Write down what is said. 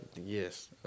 Yes